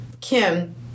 Kim